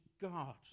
God